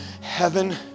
Heaven